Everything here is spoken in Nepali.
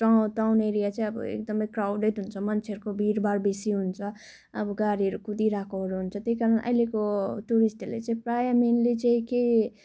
टाउन एरिया चाहिँ अब एकदमै क्राउडेड हुन्छ मान्छेहरूको भिडभाडहरू बेसि हुन्छ अब गाडीहरू कुदिरहेको हुन्छ त्यही कारण अहिलेको टुरिष्टहरूले चाहिँ प्राय मेनली चाहिँ कै